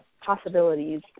possibilities